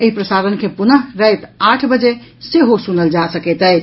एहि प्रसारण के पुनः राति आठ बजे सेहो सुनल जा सकैत अछि